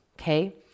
okay